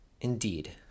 Indeed